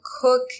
cook